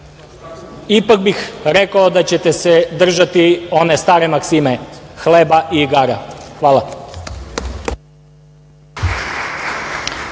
Ipak bih rekao da ćete se držati one stare maksime - hleba i igara. Hvala.